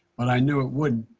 but i knew it wouldn't.